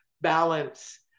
balance